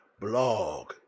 blog